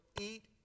eat